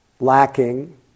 lacking